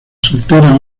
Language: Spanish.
solteras